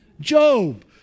Job